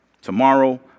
Tomorrow